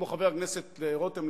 כמו חבר הכנסת רותם,